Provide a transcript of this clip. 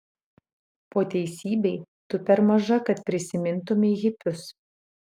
po teisybei tu per maža kad prisimintumei hipius